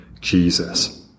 Jesus